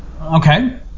Okay